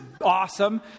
awesome